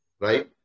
right